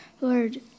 lord